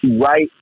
right